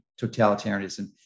totalitarianism